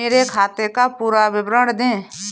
मेरे खाते का पुरा विवरण दे?